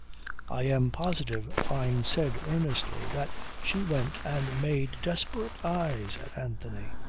i am positive, fyne said earnestly, that she went and made desperate eyes at anthony.